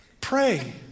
pray